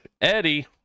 eddie